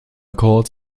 courts